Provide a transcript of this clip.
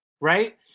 right